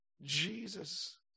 Jesus